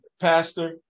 Pastor